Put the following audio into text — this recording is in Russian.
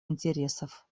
интересов